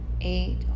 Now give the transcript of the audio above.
eight